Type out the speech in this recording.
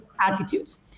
attitudes